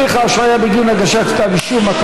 הליך ההשעיה בגין הגשת כתב אישום),